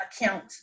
account